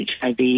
HIV